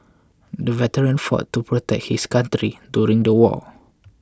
the veteran fought to protect his country during the war